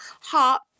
heart